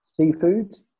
Seafoods